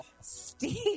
Steve